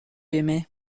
aimais